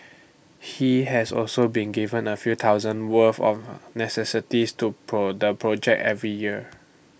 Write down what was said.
he has also been giving A few thousand worth of necessities to the project every year